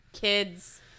kids